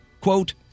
quote